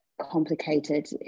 complicated